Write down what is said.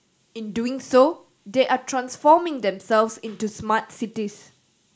in doing so they are transforming themselves into smart cities